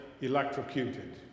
electrocuted